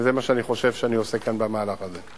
וזה מה שאני חושב שאני עושה כאן במהלך הזה.